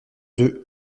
deux